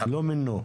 לא מינו.